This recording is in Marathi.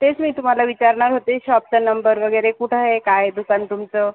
तेच मी तुम्हाला विचारणार होते शॉपचा नंबर वगैरे कुठं आहे काय दुकान तुमचं